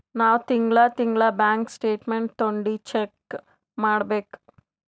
ನಾವ್ ತಿಂಗಳಾ ತಿಂಗಳಾ ಬ್ಯಾಂಕ್ ಸ್ಟೇಟ್ಮೆಂಟ್ ತೊಂಡಿ ಚೆಕ್ ಮಾಡ್ಬೇಕ್